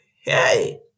hey